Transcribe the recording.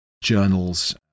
journals